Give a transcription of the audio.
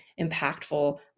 impactful